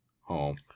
home